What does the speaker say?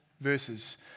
verses